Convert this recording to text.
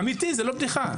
אמיתי, זה לא בדיחה.